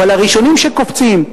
אבל הראשונים שקופצים,